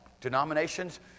Denominations